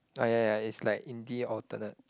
oh ya ya ya it's like indie alternate